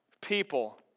People